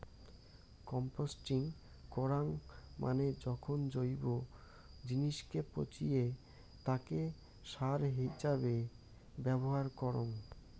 composting করাঙ মানে যখন জৈব জিনিসকে পচিয়ে তাকে সার হিছাবে ব্যবহার করঙ